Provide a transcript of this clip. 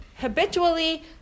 habitually